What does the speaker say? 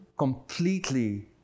completely